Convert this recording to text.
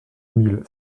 mille